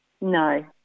No